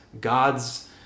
God's